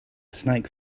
snake